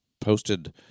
posted